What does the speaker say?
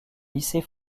lycée